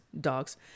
dogs